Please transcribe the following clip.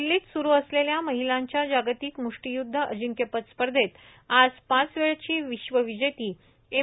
दिल्लीत सुरू असलेल्या महिलांच्या जागतिक मुष्टीयुद्ध अजिंक्यपद स्पर्धेत आज पाच वेळची विश्वविजेती एम